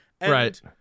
Right